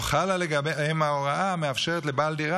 לא חלה לגביהם ההוראה המאפשרת לבעל דירה